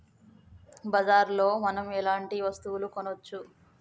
బజార్ లో మనం ఎలాంటి వస్తువులు కొనచ్చు?